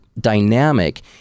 dynamic